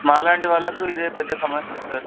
మాలాంటి వాళ్ళకు ఇదే పెద్ద సమస్య సార్